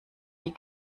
die